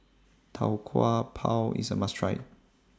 Tau Kwa Pau IS A must Try